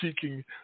seeking